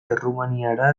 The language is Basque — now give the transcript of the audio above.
errumaniara